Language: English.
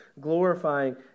glorifying